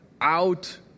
out